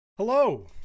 hello